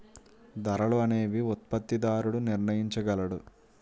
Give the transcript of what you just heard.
ధరలు అనేవి ఉత్పత్తిదారుడు నిర్ణయించగలడు